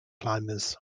climbers